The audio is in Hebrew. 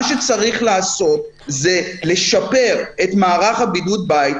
מה שצריך לעשות זה לשפר את מערך בידוד הבית,